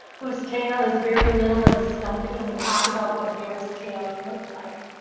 whose tail is very little and stumpy, and we talk about what bears tails look like.